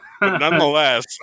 Nonetheless